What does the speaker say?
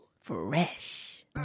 Fresh